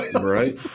Right